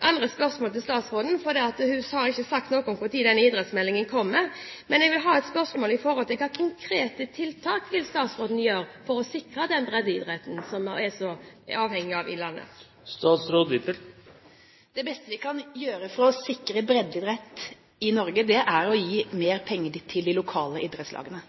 andre spørsmål til statsråden – for hun har ikke sagt noe om når denne idrettsmeldingen kommer – er: Hvilke konkrete tiltak vil statsråden gjøre for å sikre den breddeidretten som vi er så avhengig av i landet? Det beste vi kan gjøre for å sikre breddeidrett i Norge, er å gi mer penger til de lokale idrettslagene.